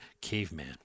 caveman